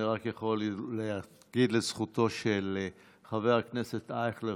אני רק יכול להגיד לזכותו של חבר הכנסת אייכלר